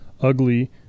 ugly